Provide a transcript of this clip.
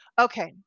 okay